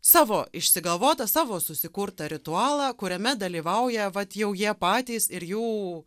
savo išsigalvotą savo susikurtą ritualą kuriame dalyvauja vat jau jie patys ir jų